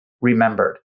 remembered